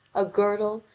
a girdle,